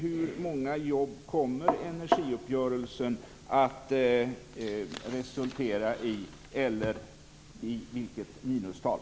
Hur många jobb kommer energiuppgörelsen att resultera i, eller vilket minustal?